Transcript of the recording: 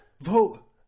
vote